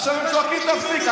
עכשיו הם צועקים: תפסיק.